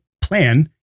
plan